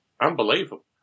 unbelievable